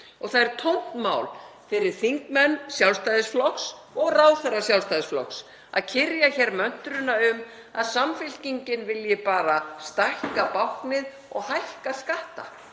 Og það er tómt mál fyrir þingmenn Sjálfstæðisflokks og ráðherra Sjálfstæðisflokks að kyrja hér möntruna um að Samfylkingin vilji bara stækka báknið og hækka skatta.